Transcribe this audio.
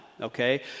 okay